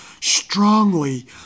strongly